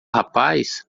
rapaz